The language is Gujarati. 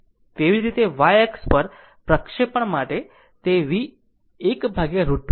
તેવી જ રીતે y અક્ષ પ્રક્ષેપણ માટે તે 1 √ 2 હશે